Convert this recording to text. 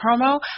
promo